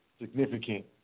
significant